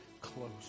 close